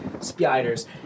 spiders